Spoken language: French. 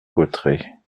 cotterêts